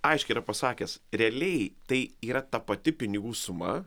aiškiai yra pasakęs realiai tai yra ta pati pinigų suma